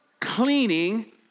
cleaning